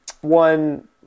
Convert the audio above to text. One